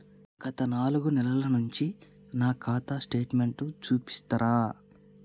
గత నాలుగు నెలల నుంచి నా ఖాతా స్టేట్మెంట్ చూపిస్తరా?